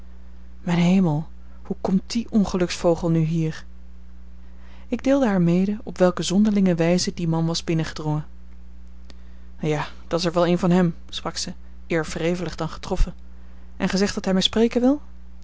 mijn hemel hoe komt die ongeluksvogel nu hier ik deelde haar mede op welke zonderlinge wijze die man was binnengedrongen ja dat's er wel een van hem sprak ze eer wrevelig dan getroffen en gij zegt dat hij mij spreken wil